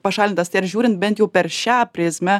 pašalintas tai ar žiūrint bent jau per šią prizmę